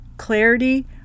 Clarity